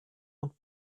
und